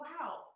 wow